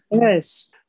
Yes